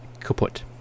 kaput